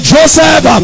Joseph